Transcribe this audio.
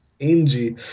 Angie